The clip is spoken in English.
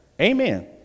Amen